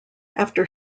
after